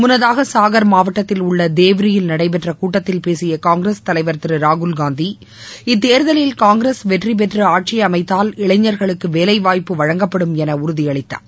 முன்னதாகசாகர் மாவட்டத்தில் உள்ளதேவ்ரியில் நடைபெற்றகூட்டத்தில் பேசியகாங்கிரஸ் தலைவர் திருராகுல் காந்தி இத்தேர்தலில் காங்கிரஸ் வெற் றிபெற்றுஆட்சிஅமைத்தால் இளைஞர்களுக்குவேலைவாய்ப்பு வழங்கப்படும் எனஉறுதியளித்தார்